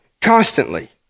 constantly